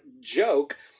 joke